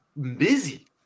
busy